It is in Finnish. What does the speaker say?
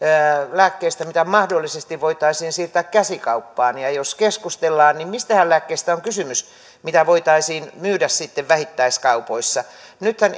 lääkkeistä joita mahdollisesti voitaisiin siirtää käsikauppaan ja jos keskustellaan niin mistähän lääkkeistä on kysymys joita sitten voitaisiin myydä vähittäiskaupoissa nythän